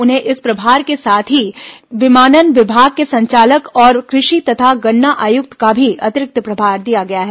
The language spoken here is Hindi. उन्हें इस प्रभार के साथ ही विमानन विभाग के संचालक और कृषि तथा गन्ना आयुक्त का भी अतिरिक्त प्रभार दिया गया है